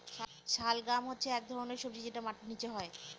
শালগাম হচ্ছে এক ধরনের সবজি যেটা মাটির নীচে হয়